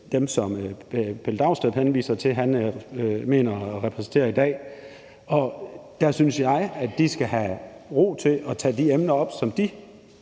dem, som Pelle Dragsted henviser til, og som han mener at repræsentere i dag. Der synes jeg, at de skal have ro til at tage de emner op, som de